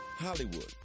Hollywood